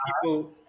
people